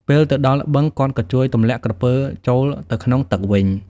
ពេលទៅដល់បឹង គាត់ក៏ជួយទម្លាក់ក្រពើចូលទៅក្នុងទឹកវិញ។